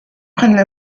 prennent